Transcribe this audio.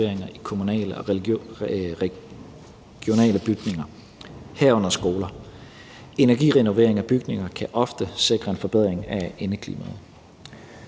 i kommunale og regionale bygninger, herunder skoler. Energirenovering af bygninger kan ofte sikre en forbedring af indeklimaet.